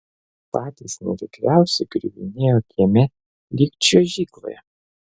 patys nevikriausi griuvinėjo kieme lyg čiuožykloje